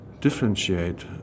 differentiate